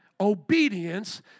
obedience